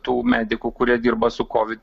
tų medikų kurie dirba su covid